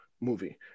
movie